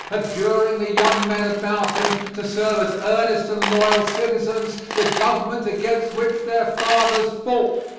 adjuring the young men about him to serve as earnest and loyal citizens the government against which their fathers fought.